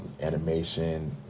animation